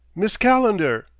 miss calendar!